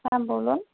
হ্যাঁ বলুন